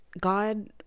god